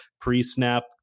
pre-snap